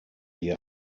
hier